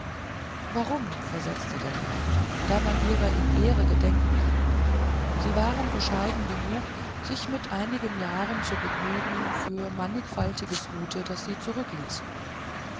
warum versetzte der graf da man ihrer in ehren gedenken kann sie waren bescheiden genug sich mit einigen jahren zu begnügen für mannigfaltiges gute das sie zurückließen